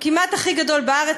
כמעט הכי גדול בארץ,